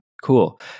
cool